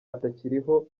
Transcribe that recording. atakiriho